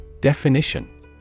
Definition